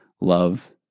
love